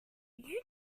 you